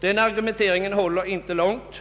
Den argumenteringen håller inte långt.